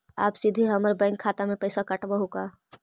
आप सीधे हमर बैंक खाता से पैसवा काटवहु का?